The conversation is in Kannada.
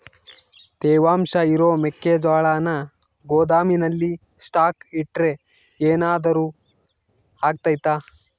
ತೇವಾಂಶ ಇರೋ ಮೆಕ್ಕೆಜೋಳನ ಗೋದಾಮಿನಲ್ಲಿ ಸ್ಟಾಕ್ ಇಟ್ರೆ ಏನಾದರೂ ಅಗ್ತೈತ?